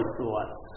thoughts